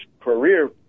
career